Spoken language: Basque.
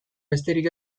besterik